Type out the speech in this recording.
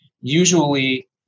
usually